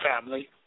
family